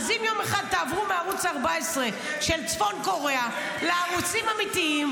אז אם יום אחד תעבור מערוץ 14 של צפון קוריאה לערוצים האמיתיים,